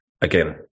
again